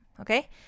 okay